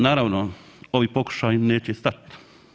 Naravno, ovi pokušaji neće stati.